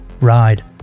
Ride